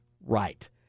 right